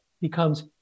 becomes